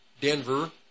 Denver